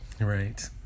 Right